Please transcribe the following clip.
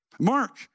Mark